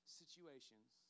situations